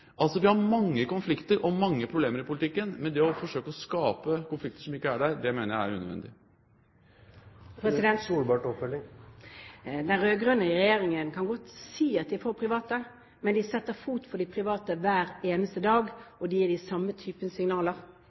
Vi har mange konflikter og mange problemer i politikken, men det å forsøke å skape konflikter som ikke er der, mener jeg er unødvendig. Den rød-grønne regjeringen kan godt si at de er for private, men de setter fot for de private hver eneste dag, og det gir de samme typer signaler.